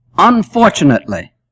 Unfortunately